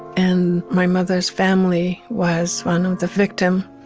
and my mother's family was one of the victim.